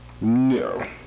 No